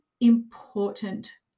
important